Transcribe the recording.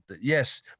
yes